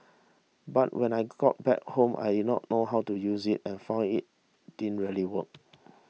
but when I got back home I didn't know how to use it and found it didn't really work